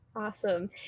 Awesome